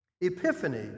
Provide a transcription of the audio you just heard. Epiphany